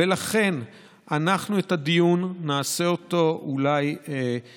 ולכן אנחנו נעשה אולי את הדיון, אני